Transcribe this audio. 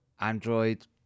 Android